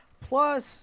plus